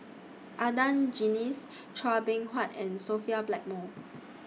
Adan Jimenez Chua Beng Huat and Sophia Blackmore